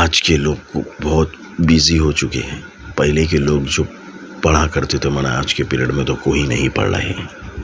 آج کے لوگوں کو بہت بزی ہو چکے ہیں پہلے کے لوگ جو پڑھا کرتے تھے آج کے پیریڈ میں تو کوئی نہیں پڑھ رہے ہیں